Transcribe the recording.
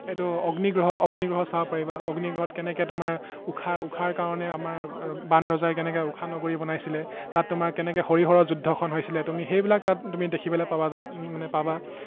এইটো অগ্নিগ্ৰহ অগ্নিগ্ৰহ চাব পাৰিবা অগ্নিগ্ৰহত কেনেকৈ তোমাৰ ঊষা ঊষাৰ কাৰণে আমাৰ বানৰজাই কেনেকৈ ঊষা নগৰি বনাইছিলে তাত তোমাৰ কেনেকৈ হৰিহৰৰ যুদ্ধখন হৈছিলে তুমি সেইবিলাক তাত তুমি দেখিবলৈ পাবা মানে পাবা